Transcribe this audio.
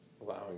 allowing